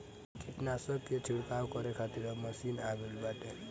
कीटनाशक के छिड़काव करे खातिर अब मशीन आ गईल बाटे